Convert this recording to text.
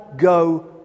Go